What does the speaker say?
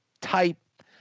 type